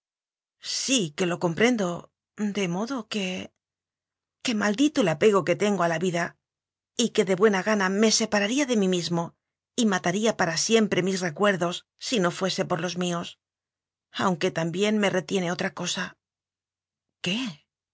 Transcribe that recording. sí que lo comprendo de modo que que maldito el apego que tengo a la vida y que de buena gana me separaría de abel sánchez mí mismo y mataría para siempre mis re cuerdos si no fuese por los míos aunque tam bién me retiene otra cosa q u